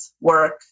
work